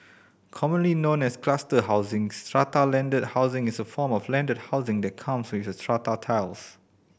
commonly known as cluster housing strata landed housing is a form of landed housing that comes with strata titles